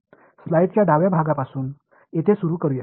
स्लाईडच्या डाव्या भागापासून येथे सुरू करूया